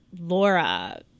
Laura